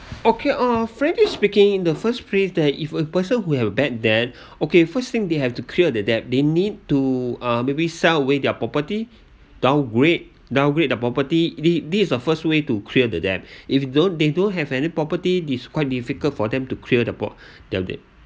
okay uh frankly speaking in the first place that if a person who have a bad debt okay first thing they have to clear the debt they need to uh maybe sell away their property downgrade downgrade the property the~ these are first way to clear the debt if don't they don't have any property is quite difficult for them to clear the bo~